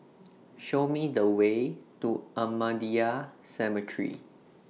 Show Me The Way to Ahmadiyya Cemetery